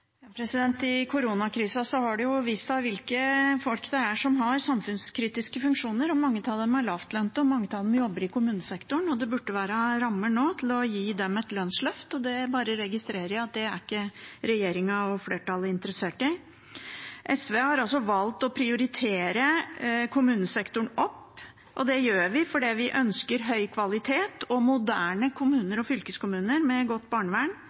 I koronakrisen har det vist seg hvem det er som har samfunnskritiske funksjoner. Mange av dem er lavtlønte, og mange jobber i kommunesektoren. Det burde være rammer nå til å gi dem et lønnsløft, men det registrerer jeg at regjeringen og flertallet ikke er interessert i. SV har valgt å prioritere kommunesektoren opp, og det gjør vi fordi vi ønsker god kvalitet og moderne kommuner og fylkeskommuner med godt barnevern